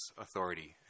authority